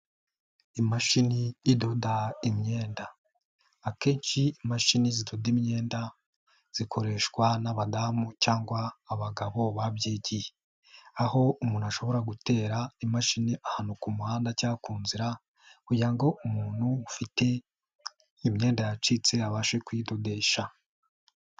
Imashini idoda imyenda. Akenshi imashini zidoda imyenda, zikoreshwa n'abadamu cyangwa abagabo babyigiye. Aho umuntu ashobora gutera imashini ahantu ku muhanda cyangwa ku nzira kugira ngo umuntu ufite imyenda yacitse abashe kuyidodesha.